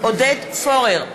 עודד פורר,